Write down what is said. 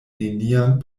nenian